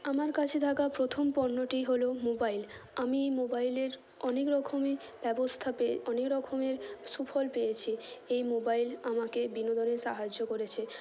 আমার কাছে থাকা প্রথম পণ্যটি হলো মোবাইল আমি এই মোবাইলের অনেক রকমই ব্যবস্থা পেয়ে অনেক রকমের সুফল পেয়েছি এই মোবাইল আমাকে বিনোদনে সাহায্য করেছে